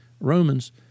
Romans